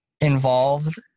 involved